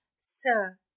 Sir